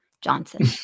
Johnson